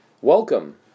Welcome